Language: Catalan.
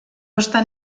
estan